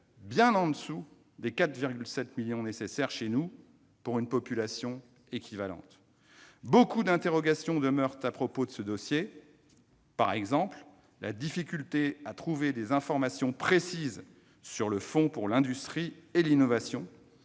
bien au-dessous des 4,7 millions nécessaires chez nous, pour une population équivalente. Beaucoup d'interrogations demeurent à propos de ce dossier. Par exemple, la difficulté à trouver des informations précises sur le Fonds pour l'industrie et l'innovation,